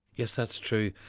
yes, that's true.